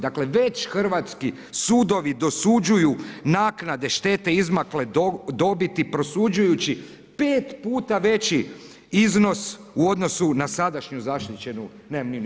Dakle, već hrvatski sudovi dosuđuju naknade štete izmakle dobiti prosuđujući 5 puta veći iznos u odnos na sadašnju zaštićenu najamninu.